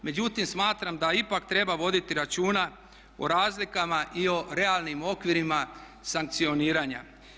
Međutim, smatram da ipak treba voditi računa o razlikama i o realnim okvirima sankcioniranja.